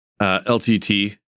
LTT